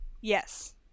Yes